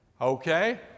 Okay